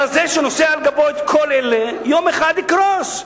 הרזה שנושא על גבו את כל אלה יום אחד יקרוס,